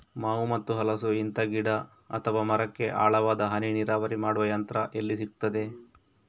ಮಾವು ಮತ್ತು ಹಲಸು, ಇಂತ ಗಿಡ ಅಥವಾ ಮರಕ್ಕೆ ಆಳವಾದ ಹನಿ ನೀರಾವರಿ ಮಾಡುವ ಯಂತ್ರ ಎಲ್ಲಿ ಸಿಕ್ತದೆ?